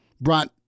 brought